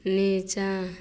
नीचाँ